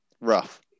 Rough